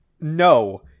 No